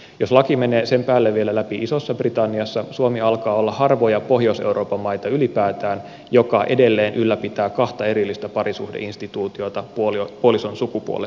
jos laki menee sen päälle vielä läpi isossa britanniassa suomi alkaa olla ylipäätään harvoja pohjois euroopan maita jotka edelleen ylläpitävät kahta erillistä parisuhdeinstituutiota puolison sukupuolen perusteella